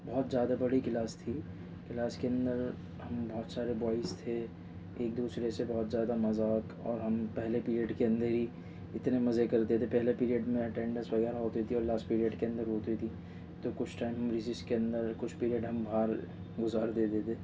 بہت زیادہ بڑی کلاس تھی کلاس کے اندر ہم بہت سارے بوائز تھے ایک دوسرے سے بہت زیادہ مذاق اور ہم پہلے پیریڈ کے اندر ہی اتنے مزے کرتے تھے پہلے پیریڈ میں اٹینڈینس وغیرہ ہوتی تھی اور لاسٹ پیریڈ کے اندر ہوتی تھی تو کچھ ٹائم ہم ریزیز کے اندر کچھ پیریڈ ہم باہر گزار دیتے تھے